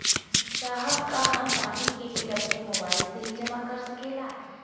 साहब का हम पानी के बिल अपने मोबाइल से ही जमा कर सकेला?